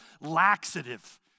laxative